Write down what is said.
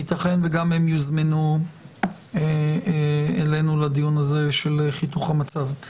יתכן וגם הם יוזמנו אלינו לדיון הזה של חיתוך המצב.